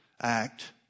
act